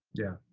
yeah.